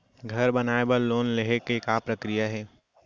घर बनाये बर लोन लेहे के का प्रक्रिया हे?